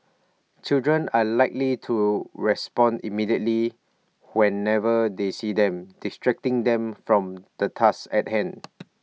children are likely to respond immediately whenever they see them distracting them from the task at hand